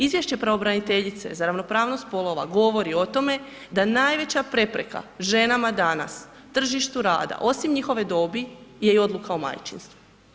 Izvješće pravobraniteljice za ravnopravnost spolova govori o tome da najveći prepreka ženama danas tržištu rada osim njihove dobi je i odluka o majčinstvu.